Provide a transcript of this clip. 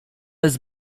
jest